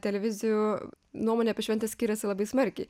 televizijų nuomonė apie šventes skiriasi labai smarkiai